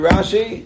Rashi